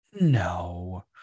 no